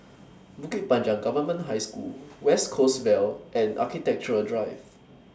Bukit Panjang Government High School West Coast Vale and Architecture Drive